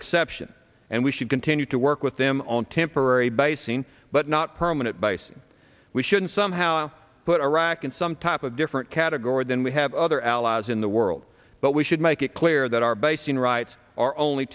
exception and we should continue to work with them on temporary basing but not permanent bice we should somehow put iraq in some type of different category than we have other allies in the world but we should make it clear that our